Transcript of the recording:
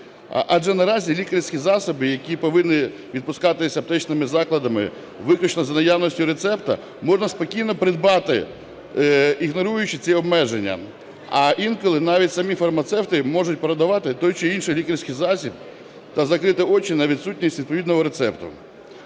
Адже наразі лікарські засоби, які повинні відпускатися аптечними закладами виключно за наявності рецепта, можна спокійно придбати, ігноруючи ці обмеження, а інколи навіть самі фармацевти можуть продавати той чи інший лікарський засіб та закрити очі на відсутність відповідного рецепту.